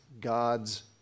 God's